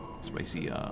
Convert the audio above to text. spicy